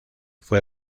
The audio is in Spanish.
fue